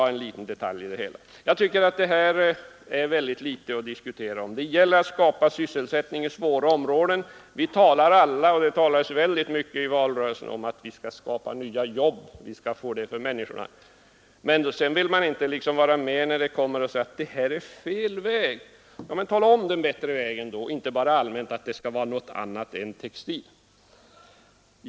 Jag tycker att denna fråga inte är någonting att diskutera. Det gäller att skapa sysselsättning i svåra områden. I valrörelsen talades det mycket om att skapa nya jobb, men nu vill man inte vara med utan säger att detta är fel väg. Men tala då om en väg som är bättre och säg inte bara allmänt att det skall vara någonting annat än textil.